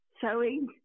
sewing